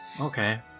okay